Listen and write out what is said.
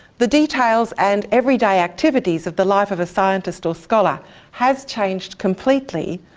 the details and everyday activities of the life of a scientist or scholar has changed completely,